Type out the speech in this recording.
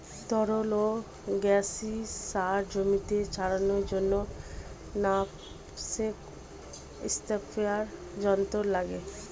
তরল ও গ্যাসীয় সার জমিতে ছড়ানোর জন্য ন্যাপস্যাক স্প্রেয়ার যন্ত্র লাগে